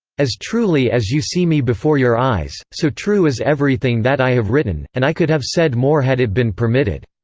as truly as you see me before your eyes, so true is everything that i have written and i could have said more had it been permitted.